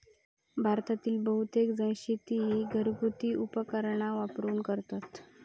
भारतातील बहुतेकजण शेती ही घरगुती उपकरणा वापरून करतत